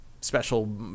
special